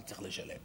אני צריך לשלם?